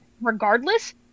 regardless